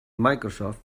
microsoft